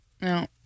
No